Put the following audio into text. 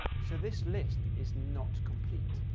so this list is not complete.